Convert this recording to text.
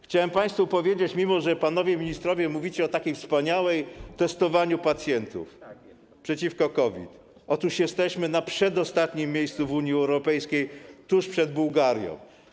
Chciałem państwu powiedzieć, mimo że panowie ministrowie mówicie o takim wspaniałym testowaniu pacjentów na obecność COVID, że pod tym względem jesteśmy na przedostatnim miejscu w Unii Europejskiej, tuż przed Bułgarią.